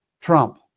Trump